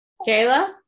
Kayla